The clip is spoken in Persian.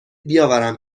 بیاورم